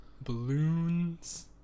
balloons